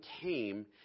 came